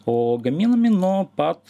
o gaminami nuo pat